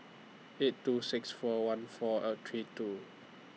eight two six four one four Are three two